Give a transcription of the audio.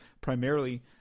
primarily